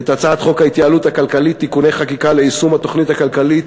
ואת הצעת חוק ההתייעלות הכלכלית (תיקוני חקיקה ליישום התוכנית הכלכלית